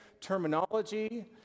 terminology